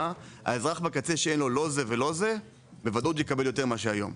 האזרח בקצה שאין לו לא זה ולא זה בוודאות יקבל יותר מהיום.